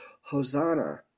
Hosanna